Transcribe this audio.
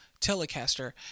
telecaster